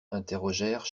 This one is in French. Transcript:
interrogèrent